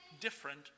different